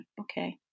Okay